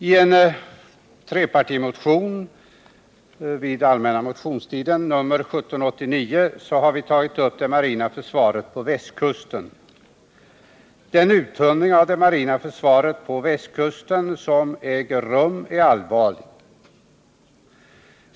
I en trepartimotion under allmänna motionstiden, nr 1789, har vi tagit upp det marina försvaret på västkusten. Den uttunning av det marina försvaret på västkusten som äger rum är allvarlig.